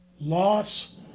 loss